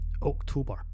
October